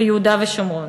ביהודה ושומרון.